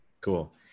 Cool